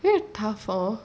very tough hor